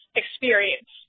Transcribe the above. experience